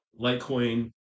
Litecoin